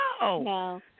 No